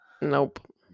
Nope